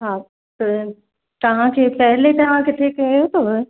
हा त तव्हांखे पहले तव्हां किथे कयो अथव